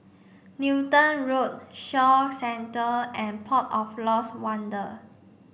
Newton Road Shaw Centre and Port of Lost Wonder